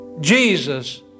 Jesus